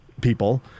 people